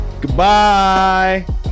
Goodbye